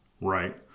Right